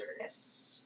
Yes